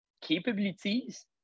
capabilities